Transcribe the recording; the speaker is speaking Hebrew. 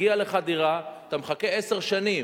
מגיע לכן דירה, אתן מחכות עשר שנים.